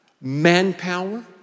manpower